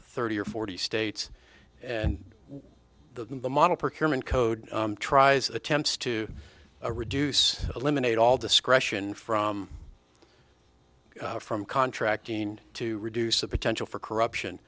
thirty or forty states and the model procurement code tries attempts to reduce eliminate all discretion from from contracting to reduce the potential for corruption